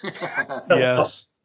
yes